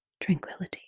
Tranquility